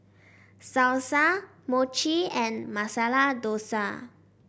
Salsa Mochi and Masala Dosa